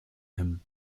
him